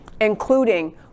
including